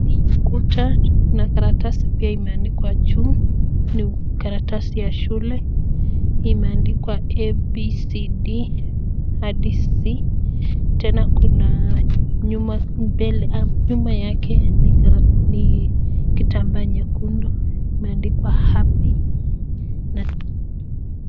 Hii ukuta kuna karatasi pia imeandikwa juu, ni karatasi ya shule, imeanikwa a,b,c,d hadi z, tena kuna nyuma yake ni kitambaa nyekundu imeandikwa happy .